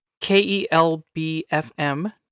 K-E-L-B-F-M